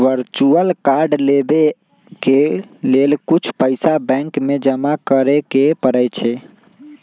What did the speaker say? virtual card लेबेय के लेल कुछ पइसा बैंक में जमा करेके परै छै